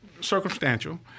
Circumstantial